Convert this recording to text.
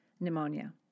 pneumonia